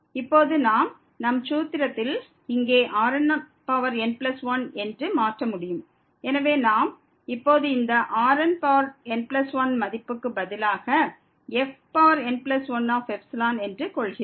இப்போது நாம் நம் சூத்திரத்தில் இங்கே Rnn1 என்று மாற்ற முடியும் எனவே நாம் இப்போது இந்த Rnn1 மதிப்புக்கு பதிலாக fn1 என்று கொள்கிறோம்